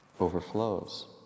overflows